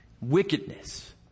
wickedness